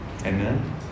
Amen